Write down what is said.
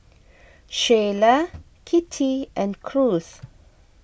Shyla Kittie and Cruz